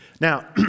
Now